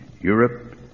Europe